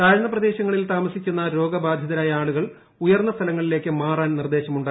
താഴ്ന്ന പ്രദേശങ്ങളിൽ താമസിക്കുന്ന രോഗബാധിതരായ ആളുകൾ ഉയർന്ന സ്ഥലങ്ങളിലേക്ക് മാറാൻ നിർദ്ദേശമുണ്ട്